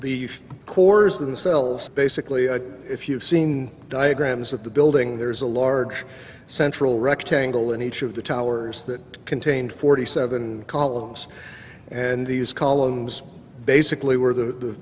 the cores themselves basically a if you've seen diagrams of the building there is a large central rectangle in each of the towers that contained forty seven columns and these columns basically were